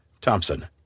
Thompson